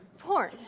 Porn